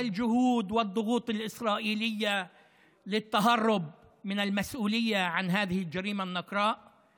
למרות המאמצים והלחצים הישראליים להתחמק מהאחריות לפשע הנתעב הזה.